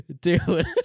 dude